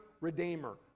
redeemer